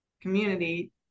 community